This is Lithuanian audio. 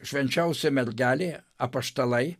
švenčiausia mergelė apaštalai